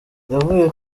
bavuye